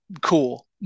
cool